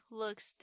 looks